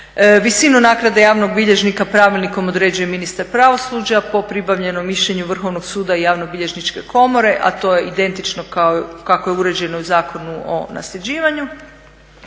Visinu naknade javnog bilježnika pravilnikom određuje ministar pravosuđa po pribavljenom mišljenju Vrhovnog suda i javnobilježničke komore a to je identično kako je uređeno u Zakonu o nasljeđivanju.